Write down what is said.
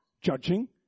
Judging